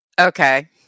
Okay